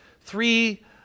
three